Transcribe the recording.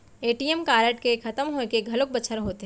ATM card के खतम होए के घलोक बछर होथे